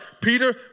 Peter